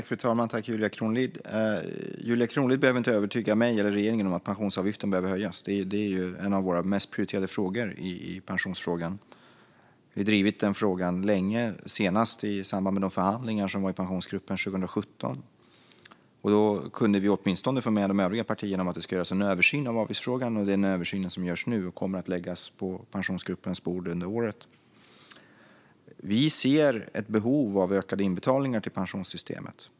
Fru talman! Tack, Julia Kronlid! Julia Kronlid behöver inte övertyga mig eller regeringen om att pensionsavgiften behöver höjas. Det är en av våra mest prioriterade frågor i pensionsfrågan. Vi har drivit den frågan länge och senast i samband med de förhandlingar som var i Pensionsgruppen 2017. Då kunde vi åtminstone få med de övriga partierna om att det ska göras en översyn av avgiftsfrågan. Det är den översyn som görs nu och som kommer att läggas på Pensionsgruppens bord under året. Vi ser ett behov av ökade inbetalningar till pensionssystemet.